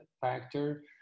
factor